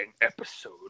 episode